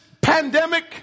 pandemic